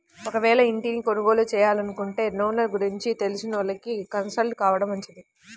ఒకవేళ ఇంటిని కొనుగోలు చేయాలనుకుంటే లోన్ల గురించి తెలిసినోళ్ళని కన్సల్ట్ కావడం మంచిది